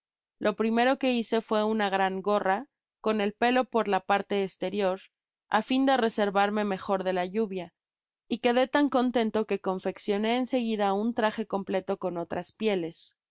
lo primero que hice fué una gran gorra con el pelo por la parte esterior á fin de reservarme mejor de la lluvia y quedó tan contento que confeccione ea seguida un traje completo con otras pieles